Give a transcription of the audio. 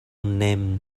named